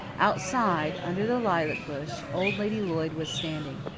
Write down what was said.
outside, under the lilac bush, old lady lloyd was standing.